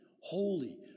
holy